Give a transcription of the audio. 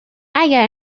اگر